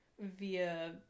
via